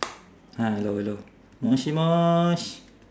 hello hello